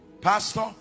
Pastor